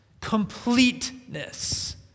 completeness